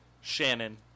Shannon